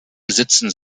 sitzen